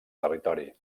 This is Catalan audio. territori